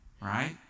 right